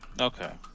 Okay